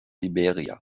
liberia